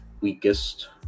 weakest